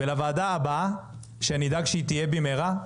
לדיון הבא, ונדאג שהוא יהיה במהרה,